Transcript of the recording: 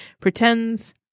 pretends